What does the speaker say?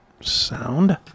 sound